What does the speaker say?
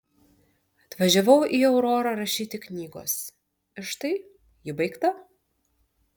atvažiavau į aurorą rašyti knygos ir štai ji baigta